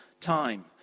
Time